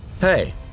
Hey